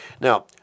Now